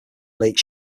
late